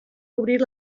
obrir